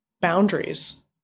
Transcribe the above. boundaries